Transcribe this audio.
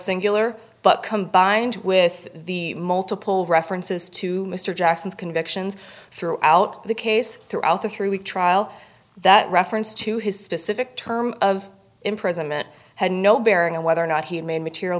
singular but combined with the multiple references to mr jackson's convictions throughout the case throughout the three week trial that reference to his specific term of imprisonment had no bearing on whether or not he had made material